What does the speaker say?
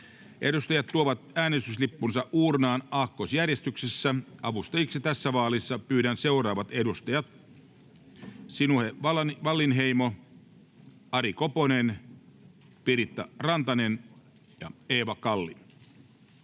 Edustajat tuovat äänestyslippunsa uurnaan aakkosjärjestyksessä. Avustajiksi tässä vaalissa pyydän seuraavat edustajat: Sinuhe Wallinheimo, Ari Koponen, Piritta Rantanen ja Eeva Kalli.